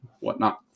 whatnot